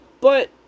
But-